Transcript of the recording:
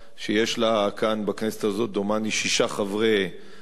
שיש לה כאן, בכנסת הזאת, דומני, שישה חברי כנסת.